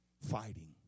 fighting